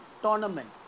tournament